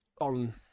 on